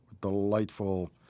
Delightful